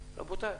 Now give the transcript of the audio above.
רבותיי,